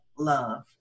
love